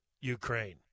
Ukraine